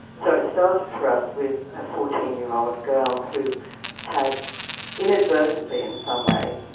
so it started for us with a fourteen year-old girl who had inadvertently in some ways,